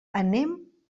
anem